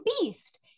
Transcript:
beast